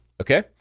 Okay